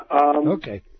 Okay